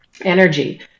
energy